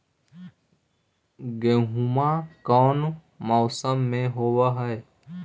गेहूमा कौन मौसम में होब है?